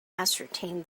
ascertain